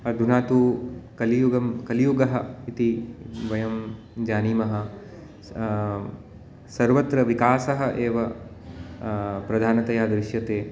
अधुना तु कलियुगं कलियुगम् इति वयं जानीमः सर्वत्र विकासः एव प्रधानतया दृश्यते